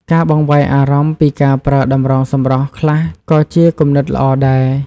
ការបង្វែរអារម្មណ៍ពីការប្រើតម្រងសម្រស់ខ្លះក៏ជាគំនិតល្អដែរ។